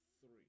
Three